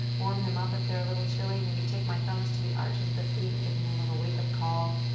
warm them up if i'm a little chilly. maybe take my thumbs to the arches of the feet, and give them a little wake-up call.